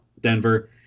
Denver